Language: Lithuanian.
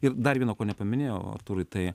ir dar vieno ko nepaminėjau artūrai tai